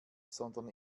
sondern